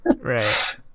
right